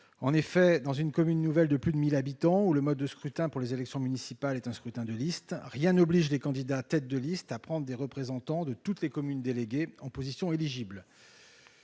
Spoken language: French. en effet dans une commune nouvelle de plus de 1000 habitants où le mode de scrutin pour les élections municipales est un scrutin de liste, rien n'oblige les candidats têtes de liste à prendre des représentants de toutes les communes déléguées en position éligible,